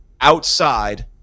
outside